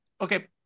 Okay